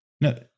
no